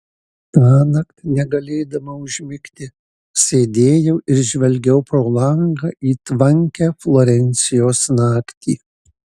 tąnakt negalėdama užmigti sėdėjau ir žvelgiau pro langą į tvankią florencijos naktį